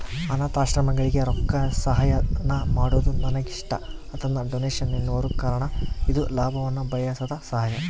ಅನಾಥಾಶ್ರಮಗಳಿಗೆ ರೊಕ್ಕಸಹಾಯಾನ ಮಾಡೊದು ನನಗಿಷ್ಟ, ಅದನ್ನ ಡೊನೇಷನ್ ಎನ್ನುವರು ಕಾರಣ ಇದು ಲಾಭವನ್ನ ಬಯಸದ ಸಹಾಯ